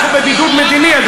הפורמולה המוזרה הזאת